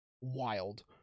Wild